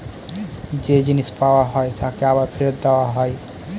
যে জিনিস পাওয়া হয় তাকে আবার ফেরত দেওয়া হয়